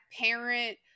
parent